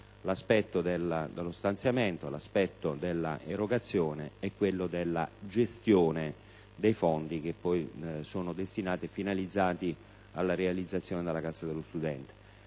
l'aspetto dello stanziamento, quello dell'erogazione e quello della gestione dei fondi destinati e finalizzati alla realizzazione della Casa dello studente.